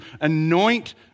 anoint